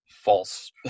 false